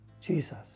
Jesus